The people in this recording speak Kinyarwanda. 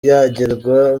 yagirwa